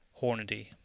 Hornady